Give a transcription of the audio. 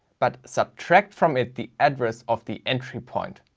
but subtract from it the address of the entry point,